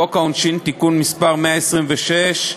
העונשין (תיקון מס' 126),